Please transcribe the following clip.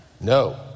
No